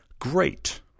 great